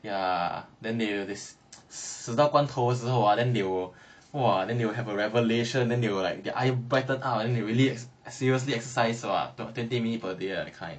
ya then they have this 死到关头的时候 ah then they will !wah! then they will have a revelation then they were like their eye brightened up ah then they will really seriously exercise what twenty minute per day that kind